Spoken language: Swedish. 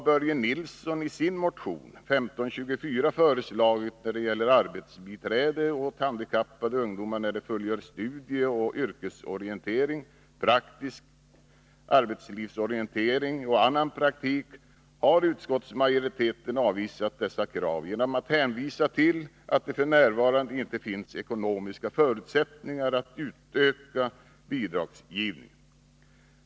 Börje Nilsson har i sin motion 1524 föreslagit bidrag till arbetsbiträde åt handikappade ungdomar när de fullgör studieoch yrkesorientering, praktisk arbetslivsorientering och annan praktik. Utskottsmajoriteten har avvisat dessa krav genom att hänvisa till att det f. n. inte finns ekonomiska förutsättningar att utöka bidragsgivningen.